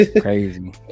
Crazy